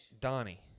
Donnie